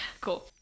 cool